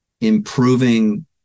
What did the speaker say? improving